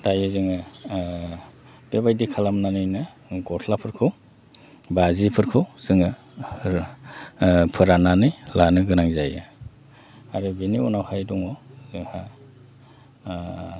दायो जोङो बेबायदि खालामनानैनो गस्लाफोरखौ बा जिफोरखौ जोङो फोराननानै लानो गोनां जायो आरो बिनि उनावहाय दङ जोंहा